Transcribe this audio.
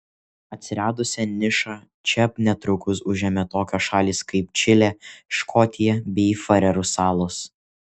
atsiradusią nišą čia netrukus užėmė tokios šalys kaip čilė škotija bei farerų salos